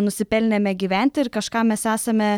nusipelnėme gyventi ir kažkam mes esame